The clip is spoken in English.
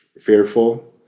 fearful